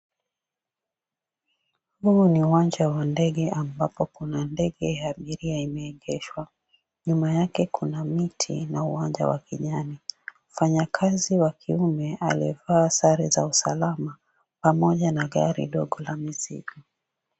Huu ni uwanja wa ndege ambapo kuna ndege ya abiria imeegeshwa. Nyuma yake kuna miti na uwanja wa kijani. Mfanyakazi wa kiume aliyevaa sare za uasalama, pamoja na gari ndogo la mizigo.